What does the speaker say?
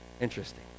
Interesting